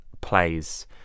plays